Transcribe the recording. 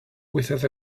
without